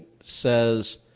says